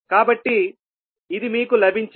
కాబట్టి ఇది మీకు లభించింది